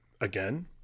again